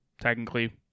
technically